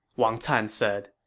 wang can said.